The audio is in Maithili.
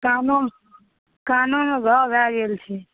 कानोमे कानोमे घाउ भए गेल छै